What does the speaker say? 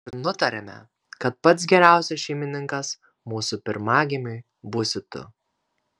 ir nutarėme kad pats geriausias šeimininkas mūsų pirmagimiui būsi tu